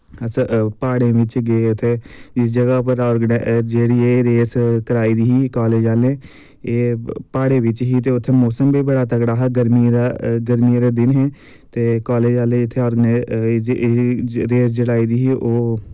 अस प्हाड़ें बिच्च गे उत्थे जिस जगा उप्पर आर्गनाईज़ जेह्ड़ी एह् रेस कराई दी ही कालेज़ आह्लें एह् प्हाड़ें बिच्च ही ते उत्थें मौसम बी बड़ा तगड़ा हा गर्मियें दा गर्मियें दे दिन हे ते कालेज़ आह्ले इत्थे आर्गनाईज़ रेस जड़ाई दी ही ओह्